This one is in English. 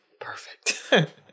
perfect